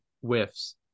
whiffs